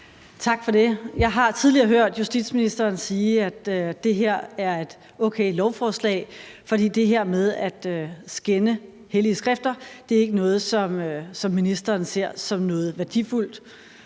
Tak for det. Jeg har tidligere hørt justitsministeren sige, at det her er et okay lovforslag, fordi det her med at skænde hellige skrifter ikke er noget, som ministeren ser som noget værdifuldt.